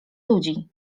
ludzi